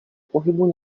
pohybu